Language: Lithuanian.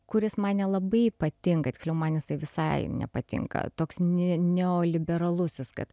kuris man nelabai patinka tiksliau man jisai visai nepatinka toks ne neoliberalusis kad